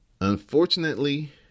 Unfortunately